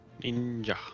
Ninja